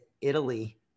Italy